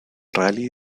rally